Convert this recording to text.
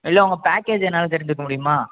இல்லை உங்க பேக்கேஜ் என்னன்னு தெரிஞ்சுக்க முடியுமா